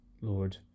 Lord